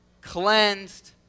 cleansed